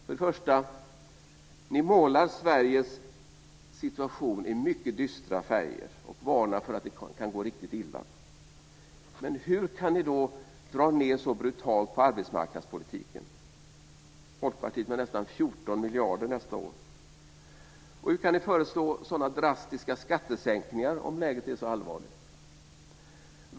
För det första målar ni Sveriges situation i mycket dystra färger och varnar för att det kan gå riktigt illa. Men hur kan ni då dra ned så brutalt på arbetsmarknadspolitiken? Folkpartiet drar ned med nästan 14 miljarder kronor nästa år. Och hur kan ni föreslå sådana drastiska skattesänkningar om läget är så allvarligt?